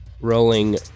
Rolling